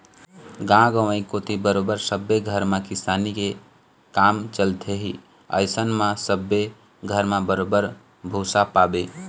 गाँव गंवई कोती बरोबर सब्बे घर म किसानी के काम चलथे ही अइसन म सब्बे घर म बरोबर भुसा पाबे ही